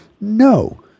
No